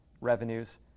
revenues